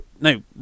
No